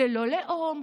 ללא לאום,